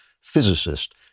physicist